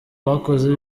bakozi